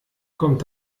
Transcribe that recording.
kommt